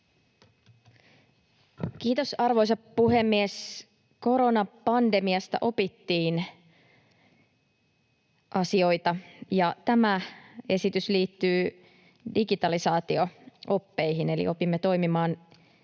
Kiitos, arvoisa puhemies! Koronapandemiasta opittiin asioita, ja tämä esitys liittyy digitalisaatio-oppeihin, eli opimme toimimaan